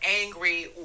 angry